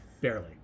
Barely